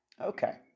Okay